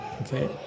Okay